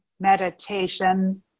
meditation